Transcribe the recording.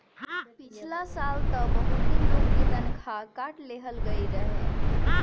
पिछला साल तअ बहुते लोग के तनखा काट लेहल गईल रहे